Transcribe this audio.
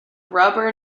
rubber